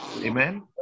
Amen